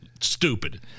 stupid